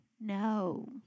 no